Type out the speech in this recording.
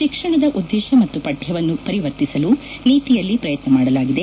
ಶಿಕ್ಷಣದ ಉದ್ದೇಶ ಮತ್ತು ಪಠ್ಯವನ್ನು ಪರಿವರ್ತಿಸಲು ನೀತಿಯಲ್ಲಿ ಪ್ರಯತ್ನ ಮಾಡಲಾಗಿದೆ